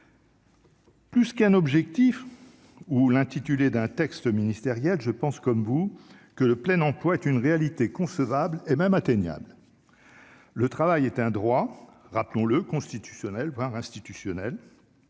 Plus qu'un objectif ou l'intitulé d'un texte ministériel je pense comme vous que le plein emploi est une réalité concevable et même atteignable, le travail est un droit, rappelons-le, voire institutionnel,